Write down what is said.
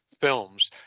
films